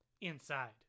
inside